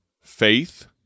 faith